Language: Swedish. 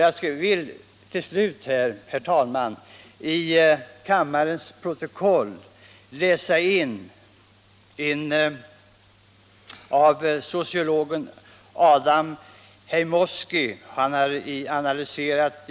Jag vill till slut, herr talman, i kammarens protokoll läsa in något som sociologen Adam Heymowski har sagt.